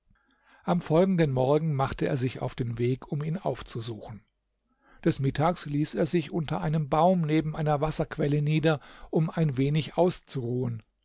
am folgenden morgen machte er sich auf den weg um ihn aufzusuchen des mittags ließ er sich unter einem baum neben einer wasserquelle nieder um ein wenig auszuruhen